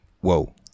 Whoa